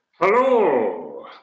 Hello